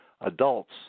adults